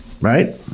Right